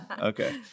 okay